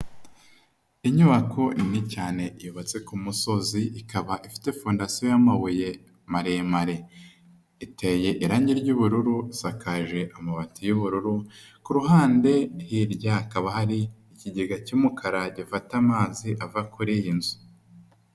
Inyubako nini cyane yubatse ku musozi ikaba ifite fondasiyo y'amabuye maremare, iteye irangi ry'ubururu, isakaje amabati y'ubururu, ku ruhande hirya hakaba hari ikigega cy'umukara gifata amazi ava kuri iyi nzu.